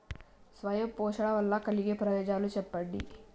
స్వయం పోషణ వల్ల కలిగే ప్రయోజనాలు చెప్పండి?